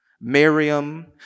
Miriam